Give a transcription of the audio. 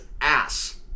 ass